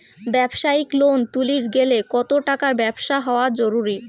ব্যবসায়িক লোন তুলির গেলে কতো টাকার ব্যবসা হওয়া জরুরি?